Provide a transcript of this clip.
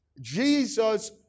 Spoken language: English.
Jesus